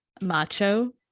macho